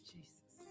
Jesus